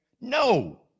No